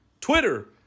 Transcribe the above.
Twitter